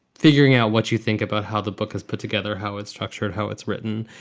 figuring out what you think about how the book has put together, how it's structured, how it's written.